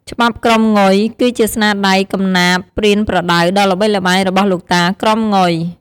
ច្បាប់ក្រមង៉ុយ គឺជាស្នាដៃកំណាព្យប្រៀនប្រដៅដ៏ល្បីល្បាញរបស់ លោកតា ក្រមង៉ុយ។